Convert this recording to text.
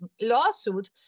lawsuit